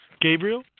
Gabriel